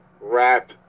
rap